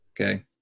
okay